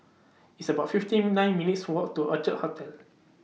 It's about fifteen nine minutes' Walk to Orchid Hotel